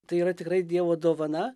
tai yra tikrai dievo dovana